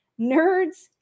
nerds